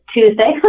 Tuesday